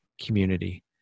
community